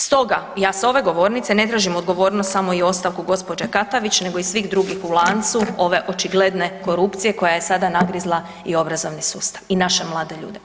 Stoga ja s ove govornice ne tražim odgovornost samo i ostavku gđe. Katavić nego i svih drugih u lancu ove očigledne korupcije koja je sada nagrizla i obrazovni sustav i naše mlade ljude.